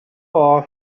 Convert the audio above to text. all